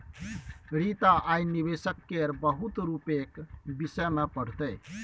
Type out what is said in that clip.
रीता आय निबेशक केर बहुत रुपक विषय मे पढ़तै